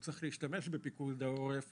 וצריך להשתמש בפיקוד העורף